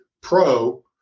pro